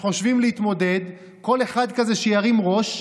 שחושבים להתמודד, כל אחד כזה שירים ראש,